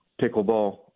pickleball